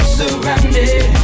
surrounded